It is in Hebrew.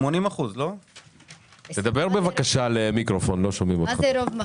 תכף אני